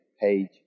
page